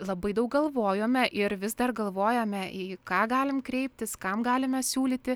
labai daug galvojome ir vis dar galvojame į ką galim kreiptis kam galime siūlyti